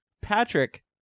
Patrick